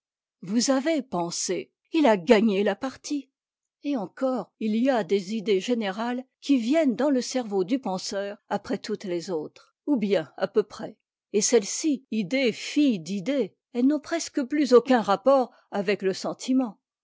vous avez pensé il a gagné la partie et encore il y a des idées générales qui viennent dans le cerveau du penseur après toutes les autres ou bien à peu près et celles-ci idées filles d'idées elles n'ont presque plus aucun rapport avec le sentiment